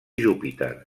júpiter